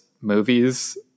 movies